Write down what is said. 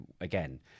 again